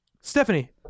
Stephanie